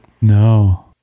no